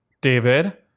David